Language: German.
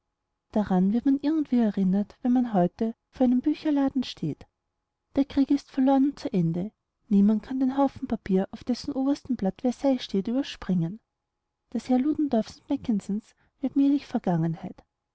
daran wird man irgendwie erinnert wenn man heute vor einem bücherladen stehen bleibt der krieg ist verloren und zu ende niemand kann den haufen papier auf dessen oberstem blatt versailles steht überspringen das heer ludendorffs und mackensens wird mählich vergangenheit